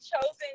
chosen